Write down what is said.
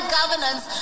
governance